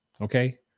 okay